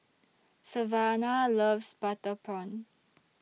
Savannah loves Butter Prawn